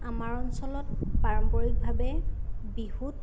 আমাৰ অঞ্চলত পাৰম্পৰিকভাৱে বিহুত